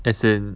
as in